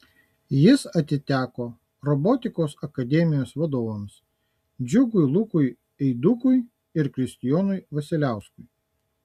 jis atiteko robotikos akademijos vadovams džiugui lukui eidukui ir kristijonui vasiliauskui